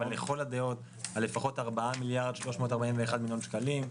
אבל לכל הדעות על לפחות ארבעה מיליארד ו-341 מיליון שקלים.